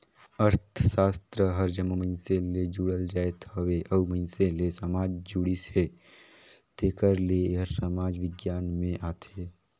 अर्थसास्त्र हर जम्मो मइनसे ले जुड़ल जाएत हवे अउ मइनसे ले समाज जुड़िस हे तेकर ले एहर समाज बिग्यान में आथे